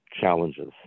challenges